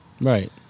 right